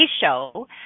show